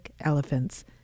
elephants